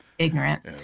ignorant